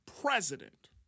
president—